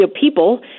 people